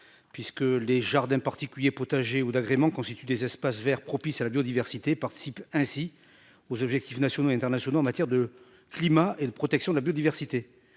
Arnaud. Les jardins particuliers, potagers ou d'agrément constituent des espaces verts propices à la biodiversité et participent ainsi aux objectifs nationaux et internationaux en matière de climat et de protection de la biodiversité.